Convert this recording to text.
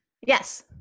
Yes